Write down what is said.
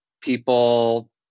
people